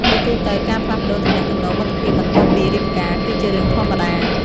ជាទូទៅ ការផ្លាស់ប្តូរទំនាក់ទំនងមិត្តភាពបន្ទាប់ពីរៀបការ គឺជារឿងធម្មតា។